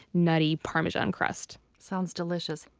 nutty, parmesan crust sounds delicious.